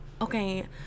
okay